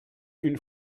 une